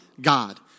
God